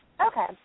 Okay